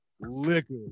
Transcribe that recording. liquor